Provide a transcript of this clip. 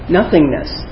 nothingness